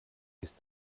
ist